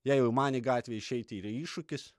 jei jau man į gatvę išeiti yra iššūkis